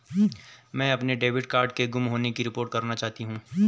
मैं अपने debit card के गुम होने की रिपोर्ट करना चाहती हूँ